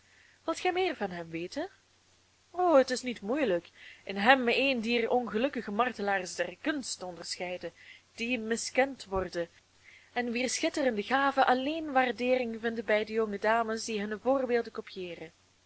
wilt gij meer van hem weten o het is niet moeielijk in hem een dier ongelukkige martelaars der kunst te onderscheiden die miskend worden en wier schitterende gaven alleen waardeering vinden bij de jonge dames die hunne voorbeelden copiëeren